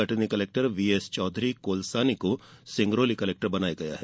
Katni collector V S Chaudhary Kolsani को Singrauli collector बनाया गया है